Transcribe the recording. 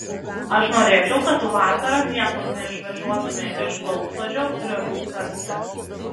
aš norėčiau kad tu vasarą niekur neišvažiuotumei iš lauksodžio griovių kasti